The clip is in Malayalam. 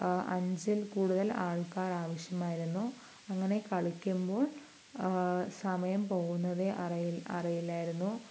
അഞ്ചിൽ കൂടുതൽ ആൾക്കാരാവശ്യമായിരുന്നു അങ്ങനെ കളിക്കുമ്പോൾ സമയം പോകുന്നത് അറിയില്ലായിരുന്നു